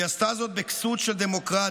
היא עשתה זאת בכסות של דמוקרטיה.